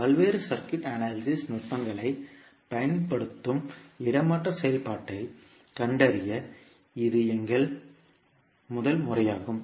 பல்வேறு circuit analysis நுட்பங்களைப் பயன்படுத்தும் இடமாற்ற செயல்பாட்டைக் கண்டறிய இது எங்கள் முதல் முறையாகும்